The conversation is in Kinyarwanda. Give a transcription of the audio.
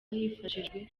hifashishijwe